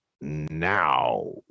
now